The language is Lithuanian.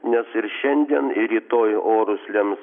nes ir šiandien ir rytoj orus lems